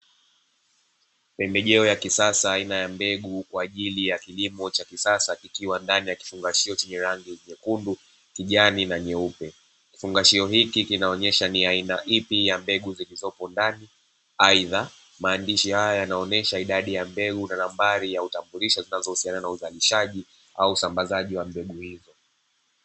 Pembejeo ya kisasa aina ya mbegu kwa ajili ya kilimo cha kisasa kikiwa ndani ya kifungashio chenye rangi nyekundu, kijani na nyeupe. Kifungashio hiki kinaonyesha ni aina ipi ya mbegu zilizopo ndani, aidha maandishi haya yanaonyesha idadi ya mbegu na nambari ya utambulisho zinazohusiana na uzalishaji, au usambazaji wa mbegu hii.